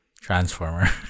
transformer